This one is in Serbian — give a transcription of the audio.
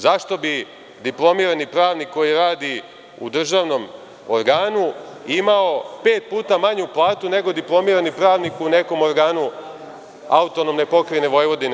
Zašto bi diplomirani pravnik koji radi u državnom organu imao pet puta manju platu nego diplomirani pravnik u nekom organu npr. AP Vojvodine?